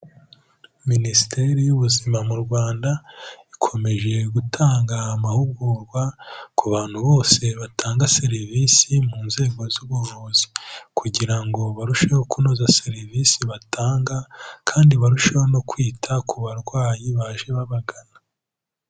Minisiteri y'ubuzima mu Rwanda ikomeje gutanga amahugurwa ku bantu bose batanga serivisi mu nzego z'ubuvuzi, kugira ngo barusheho kunoza serivisi batanga kandi barusheho no kwita ku barwayi baje babagana.